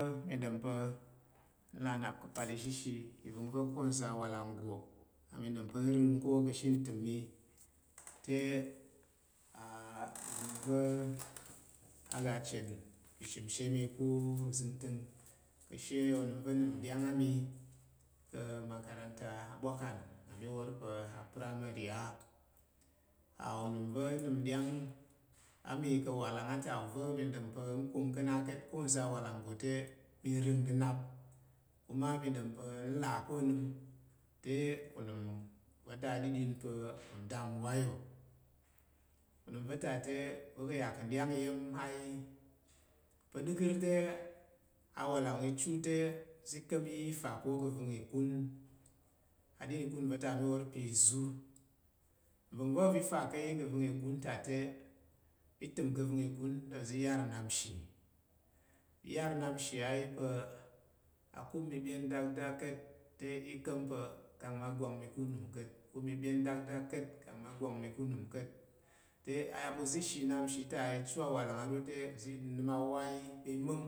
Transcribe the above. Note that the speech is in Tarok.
te mi ɗom pa̱ nlà nnap ka̱pal ishishi iya̱m va ko nza̱ walang nggo kang mi ɗom pa̱ nrəng ko ka̱she ntəm mi te ivəng va a ga a chen ki shimshe mi ku zəngtəng ka̱she onəm va̱ nəm nɗyang a mi ka̱ makaranta a bwakan nna mi wor pa̱ a primary á. Unəm va̱ nəm nɗyang a mi ka̱ walang ta va̱ mi ɗom pa̱ nkong ka̱ na ka̱t ko nza̱ walang te mi rəng nnənap ku ma mi ɗom pa̱ nlà ko nəm te unəm va̱ ta aɗiɗin pa̱ udam Wayo unəm va̱ ta te uzo ka̱ ya ka̱ nɗyang iya̱m a yi pa̱ ɗəkər te awalang i chen te uzi ka̱m yi tar ko ka̱ vəng ikun aɗin ikun va̱ ta mi wor pe isur nva̱ng va̱ uzi fa ka̱ yi ka̱ kum ikun ta te i təm ka̱ vəng ikun ta te uzi yar nnap nshi i yar nnap nshi a yi pa̱ ikun mi byen dakdak ka̱t, ikun mi byen dakdak ka̱t kang mma gwang mi ku nəm ka̱t te ya pa uzi shi nnap nshi ta. I chu awalang a va̱ te uzi nəm awo a yi te ama̱ng